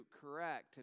correct